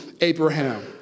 Abraham